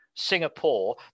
Singapore